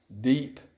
deep